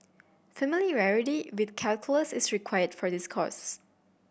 familiarity with calculus is required for this course